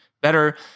better